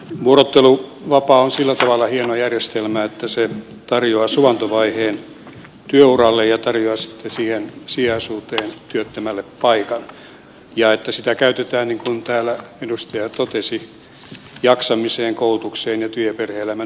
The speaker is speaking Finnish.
vuorotteluvapaa on sillä tavalla hieno järjestelmä että se tarjoaa suvantovaiheen työuralle ja tarjoaa sitten siihen sijaisuuteen työttömälle paikan ja sitä käytetään niin kuin täällä edustaja totesi jaksamiseen koulutukseen ja työ ja perhe elämän yhteensovittamiseen